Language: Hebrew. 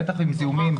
בטח כדי למנוע זיהומים,